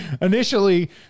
initially